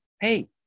hey